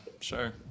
sure